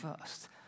first